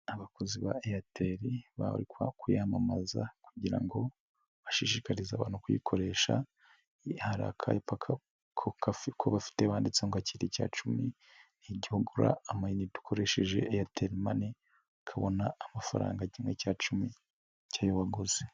Abakozi ba Airtel bari kuyamamaza kugira ngo bashishikarize abantu kuyikoreshahara, hari akapaka ko bafite banditseho ngo akira icya cumi, ighe ugura amayinite ukoresheje Airtel Money, ukabona amafaranga kimwe cya cumi cy'ayo waguzi.